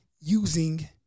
using